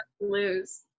lose